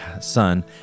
son